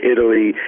Italy